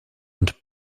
und